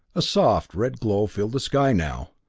a soft red glow filled the sky now,